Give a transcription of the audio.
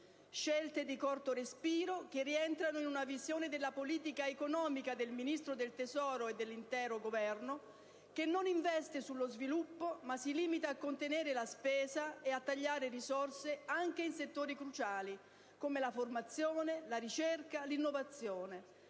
scelte di corto respiro, che rientrano in una visione della politica economica del Ministro del tesoro e dell'intero Governo, che non investe sullo sviluppo, ma si limita a contenere la spesa e a tagliare risorse anche in settori cruciali come la formazione, la ricerca, l'innovazione: